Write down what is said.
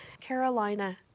Carolina